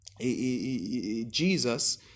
Jesus